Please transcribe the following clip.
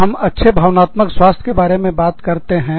जब हम अच्छे भावनात्मक स्वास्थ्य के बारे में बात करते हैं